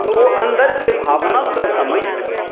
तऽ ओ अन्दरकेँ भावनाकेँ समझि कऽ